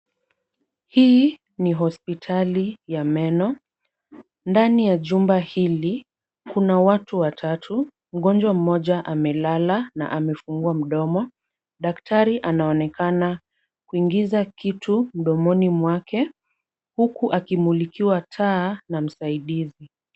Hii ni hospitali ya meno. Ndani ya jumba hili, kuna watu watatu. Mgonjwa mmoja amelala na amefungua mdomo. Daktari anaonekana kuingiza kitu mdomoni mwake huku akimulikiwa taa na msaidizi.